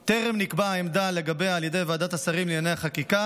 בטרם נקבעה העמדה לגביה על ידי ועדת השרים לענייני חקיקה,